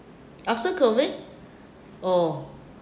after COVID oh